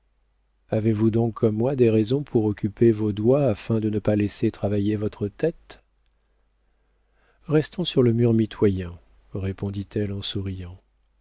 avez-vous donc comme moi des raisons pour occuper vos doigts afin de ne pas laisser travailler votre tête restons sur le mur mitoyen répondit-elle en souriant